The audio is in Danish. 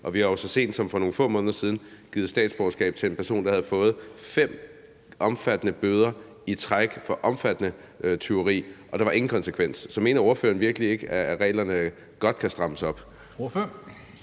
Og vi har jo så sent som for nogle få måneder siden givet statsborgerskab til en person, der havde fået fem store bøder i træk for omfattende tyveri. Og der var ingen konsekvens. Så mener ordføreren virkelig ikke, at reglerne godt kan strammes op?